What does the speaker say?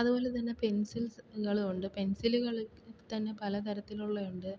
അതുപോലെ തന്നെ പെൻസിൽസ് കളും ഉണ്ട് പെൻസിലുകൾ തന്നെ പല തരത്തിലുള്ളതുണ്ട്